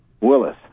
Willis